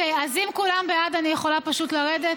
אוקיי, אז אם כולם בעד, אני יכולה פשוט לרדת?